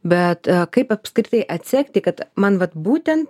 bet kaip apskritai atsekti kad man vat būtent